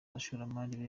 abashoramari